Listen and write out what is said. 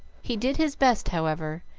he did his best, however,